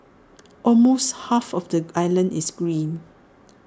almost half of the island is green